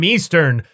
Eastern